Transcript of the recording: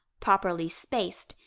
properly spaced,